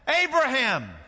Abraham